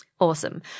Awesome